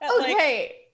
Okay